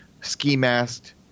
ski-masked